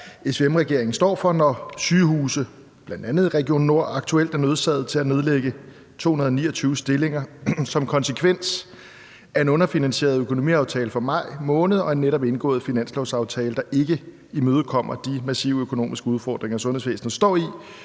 SVM-regeringen står for, når sygehuse, bl.a. i Region Nordjylland, aktuelt er nødsaget til at nedlægge 229 stillinger som konsekvens af en underfinansieret økonomiaftale fra maj måned og en netop indgået finanslovsaftale, der ikke imødekommer de massive økonomiske udfordringer, sundhedsvæsenet står